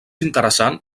interessant